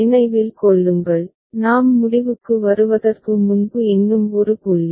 நினைவில் கொள்ளுங்கள் நாம் முடிவுக்கு வருவதற்கு முன்பு இன்னும் ஒரு புள்ளி